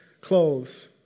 clothes